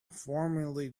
formally